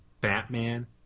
Batman